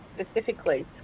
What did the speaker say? specifically